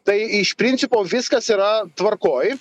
tai iš principo viskas yra tvarkoj